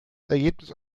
ergebnis